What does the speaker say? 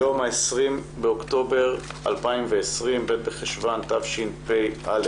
היום ה-20 באוקטובר 2020, ב' בחשוון תשפ"א.